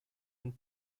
and